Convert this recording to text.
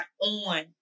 on